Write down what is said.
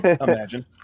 imagine